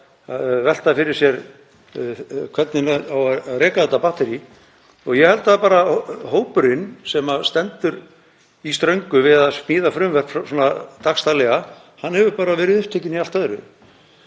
velta fyrir sér hvernig eigi að reka þetta batterí. Ég held bara að hópurinn sem stendur í ströngu við að smíða frumvörp svona dagsdaglega hafi verið upptekinn í allt öðru.